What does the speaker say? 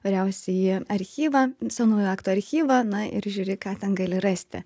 vyriausiąjį archyvą senųjų aktų archyvą na ir žiūri ką ten gali rasti